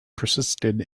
persisted